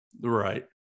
Right